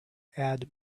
add